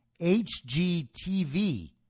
HGTV